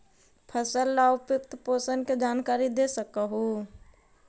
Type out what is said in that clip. फसल ला उपयुक्त पोषण के जानकारी दे सक हु?